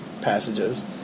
passages